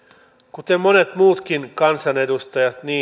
kuten monet muutkin kansanedustajat